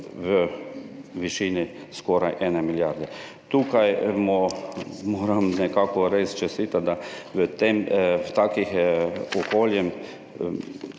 v višini skoraj ene milijarde. Tukaj mu moram nekako res čestitati, da v tem, v takih okoljih,